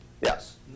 Yes